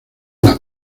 las